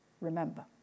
remember